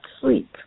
sleep